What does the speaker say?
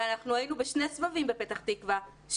היינו בשני סבבים בפתח תקווה,